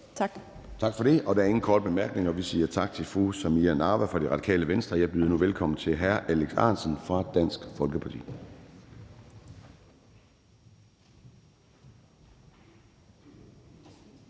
Gade): Tak for det. Der er ingen korte bemærkninger. Vi siger tak til fru Samira Nawa fra Radikale Venstre. Jeg byder nu velkommen til hr. Alex Ahrendtsen fra Dansk Folkeparti. Kl.